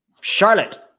Charlotte